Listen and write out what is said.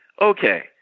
okay